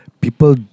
People